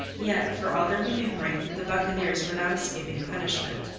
yet for all their manoeuvring the buccaneers were not escaping punishment.